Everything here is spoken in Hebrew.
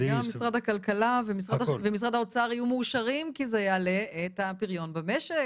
וגם משרד הכלכלה ומשרד האוצר יהיו מאושרים כי זה יעלה את הפריון במשק